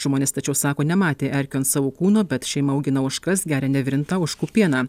žmonės tačiau sako nematė erkių ant savo kūno bet šeima augina ožkas geria nevirintą ožkų pieną